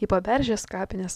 į paberžės kapines